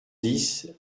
dix